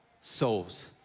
souls